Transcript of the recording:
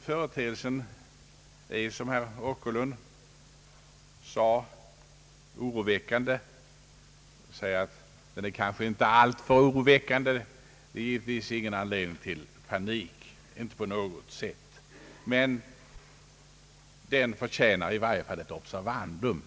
Företeelsen är, som herr Åkerlund sade, oroväckande, En fjärdedel av valutareserven har på kort tid försvunnit. Givetvis finns det ingen anledning till panik, men saken förtjänar i varje fall ett observandum.